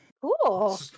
Cool